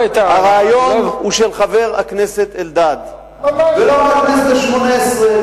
הרעיון הוא של חבר הכנסת אלדד ולא רק מהכנסת השמונה-עשרה,